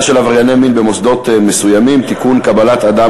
של עברייני מין במוסדות מסוימים (תיקון,